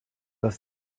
does